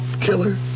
killer